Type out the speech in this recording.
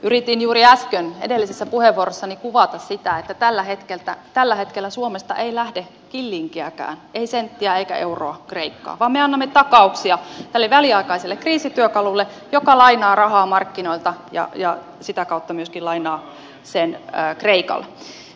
yritin juuri äsken edellisessä puheenvuorossani kuvata sitä että tällä hetkellä suomesta ei lähde killinkiäkään ei sentin senttiä eikä euron euroa kreikkaan vaan me annamme takauksia tälle väliaikaiselle kriisityökalulle joka lainaa rahaa markkinoilta ja sitä kautta myöskin lainaa sen kreikalle